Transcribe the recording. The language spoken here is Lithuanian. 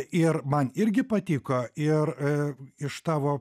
ir man irgi patiko ir iš tavo